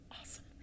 awesome